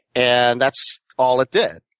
and that's all it did.